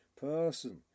person